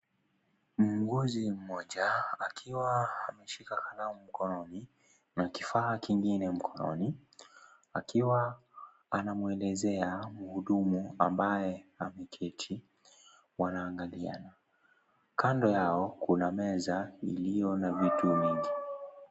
Muhuguzi mmoja akiwa ameshika kalamu mkononi na kifa kingine mkononi, akiwa anamwelezea muhudumu ambaye ameketi, wanangaliana kando yao kuna meza ilio na vitu vingi.